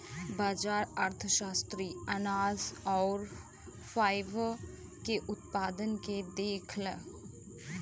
बाजार अर्थशास्त्री अनाज आउर फाइबर के उत्पादन के देखलन